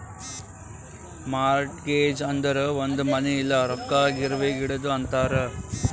mortgage ಅಂದುರ್ ಒಂದ್ ಮನಿ ಇಲ್ಲ ರೊಕ್ಕಾ ಗಿರ್ವಿಗ್ ಇಡದು ಅಂತಾರ್